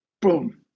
boom